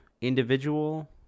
individual